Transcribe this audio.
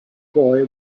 boy